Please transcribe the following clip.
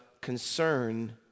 concern